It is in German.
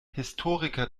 historiker